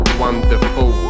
wonderful